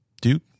Duke